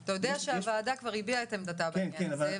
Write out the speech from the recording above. אתה יודע שהוועדה כבר הביעה את עמדתה בעניין הזה,